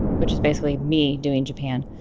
which is basically me doing japan